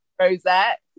rosette